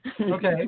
Okay